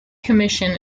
commission